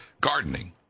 gardening